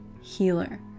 healer